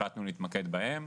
החלטנו להתמקד בהם.